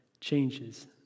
changes